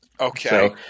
Okay